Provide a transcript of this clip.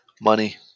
money